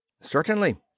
Certainly